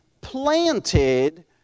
planted